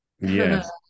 yes